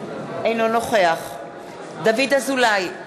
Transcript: אינו נוכח דוד אזולאי,